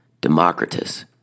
Democritus